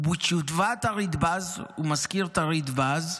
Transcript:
"ובתשובת הרדב"ז" הוא מזכיר את הרדב"ז,